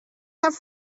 have